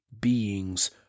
beings